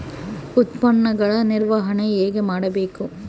ಉತ್ಪನ್ನಗಳ ನಿರ್ವಹಣೆ ಹೇಗೆ ಮಾಡಬೇಕು?